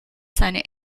seine